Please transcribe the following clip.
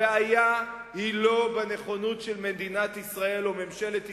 הבעיה היא לא בנכונות של מדינת ישראל או ממשלת ישראל,